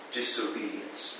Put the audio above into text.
disobedience